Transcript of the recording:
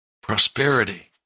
prosperity